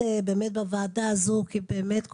נמצאת בוועדה הזו כי באמת,